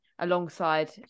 alongside